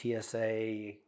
TSA